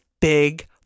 big